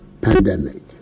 pandemic